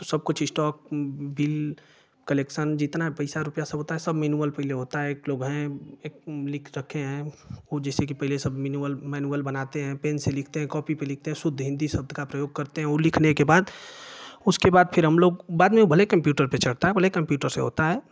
तो सबकुछ stock bill collection जितना पैसा रूपया सब होता हे सब मैनुअल पैले होता है एक लोग हैं एक लिख रखे हैं वो जिससे कि पहले सब मीनूअल मैनुअल बनाते हें पेन से लिखते हैं कपी पर लिखते हैं शुद्ध हिन्दी शब्द का प्रयोग करते हैं वो लिखने के बाद उसके बाद फिर हम लोग बाद में भले ही कंप्युटर पर चढ़ता है भले ही कंप्युटर से होता है